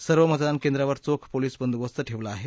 सर्व मतदान केंद्रांवर चोख पोलीस बंदोबस्त ठेवला आहे